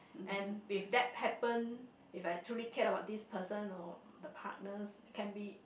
and with that happen if I truly care about this person or the partners can be